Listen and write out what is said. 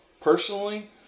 Personally